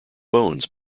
bones